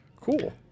cool